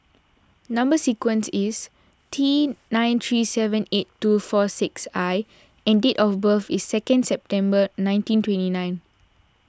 Number Sequence is T nine three seven eight two four six I and date of birth is second September nineteen twenty nine